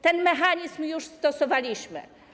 Ten mechanizm już stosowaliśmy.